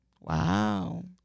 Wow